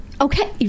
Okay